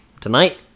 tonight